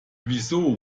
wieso